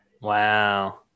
Wow